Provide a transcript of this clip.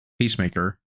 Peacemaker